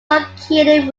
located